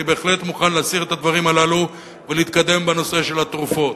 אני בהחלט מוכן להסיר את הדברים הללו ולהתקדם בנושא של התרופות,